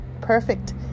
perfect